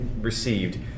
received